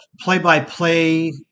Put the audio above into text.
play-by-play